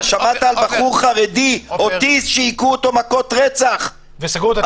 אתה שמעת על בחור חרדי אוטיסט שהיכו אותו מכות רצח -- וסגרו את התיק.